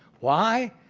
why?